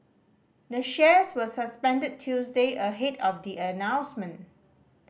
the shares were suspended Tuesday ahead of the announcement